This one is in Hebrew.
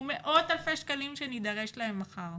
הוא מאות אלפי שקלים שנידרש להם מחר.